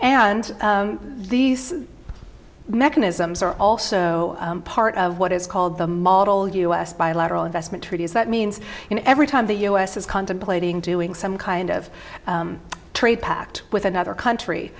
and these mechanisms are also part of what is called the model u s bilateral investment treaties that means in every time the u s is contemplating doing some kind of trade pact with another country